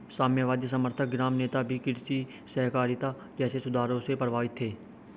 साम्यवादी समर्थक ग्राम नेता भी कृषि सहकारिता जैसे सुधारों से प्रभावित थे